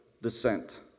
descent